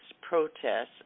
protests